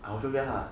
I also there lah